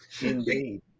Indeed